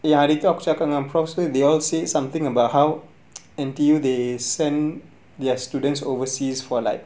you are of second approximate they all say something about how N_T_U they send their students overseas for like